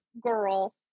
girl